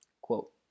Quote